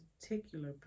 particular